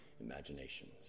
imaginations